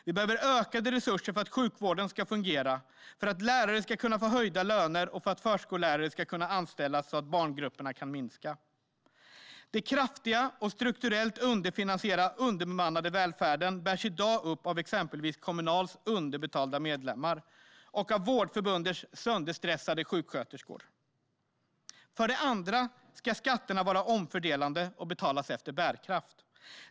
Vi behöver ökade resurser för att sjukvården ska fungera, för att lärare ska kunna få höjda löner och för att förskollärare ska kunna anställas, så att barngrupperna kan bli mindre. Den kraftigt och strukturellt underfinansierade och underbemannade välfärden bärs i dag upp av exempelvis Kommunals underbetalda medlemmar och av Vårdförbundets sönderstressade sjuksköterskor. En annan viktig utgångspunkt för Vänsterpartiet är att skatterna ska vara omfördelande och betalas efter bärkraft.